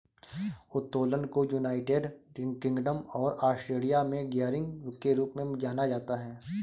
उत्तोलन को United Kingdom और ऑस्ट्रेलिया में गियरिंग के रूप में जाना जाता है